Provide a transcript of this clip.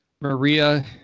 Maria